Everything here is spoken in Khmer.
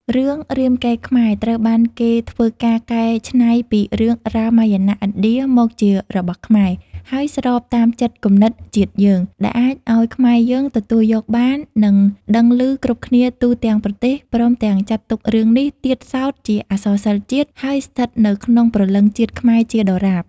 រឿងរាមកេរ្តិ៍ខ្មែរត្រូវបានគេធ្វើការកែច្នៃពីរឿងរាមាយណៈឥណ្ឌាមកជារបស់ខ្មែរ ហើយ ស្របតាមចិត្តគំនិតជាតិយើង ដែលអាចឱ្យខ្មែរយើងទទួលយកបាន និងដឹងឮគ្រប់គ្នាទូទាំង ប្រទេស ព្រមទាំងចាត់ទុករឿងនេះទៀតសោតជាអក្សរសិល្ប៍ជាតិ ហើយស្ថិតនៅក្នុងព្រលឹង ជាតិខ្មែរជាដរាប។